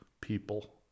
people